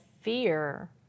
fear